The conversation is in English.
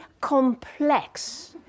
complex